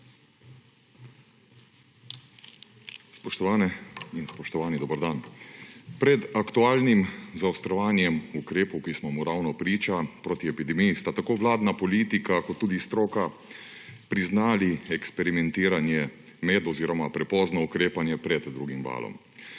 Spoštovane in spoštovani, dober dan! Pred aktualnim zaostrovanjem ukrepov, ki smo mu ravno priča, proti epidemiji sta tako vladna politika kot tudi stroka priznali eksperimentiranje med oziroma prepozno ukrepanje pred drugim valom.